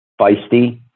feisty